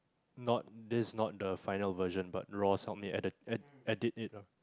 not this is not the final version but Ross helped me add it edit it lor